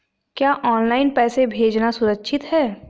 क्या ऑनलाइन पैसे भेजना सुरक्षित है?